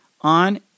on